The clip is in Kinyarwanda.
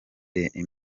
the